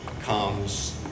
comes